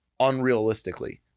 unrealistically